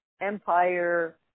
Empire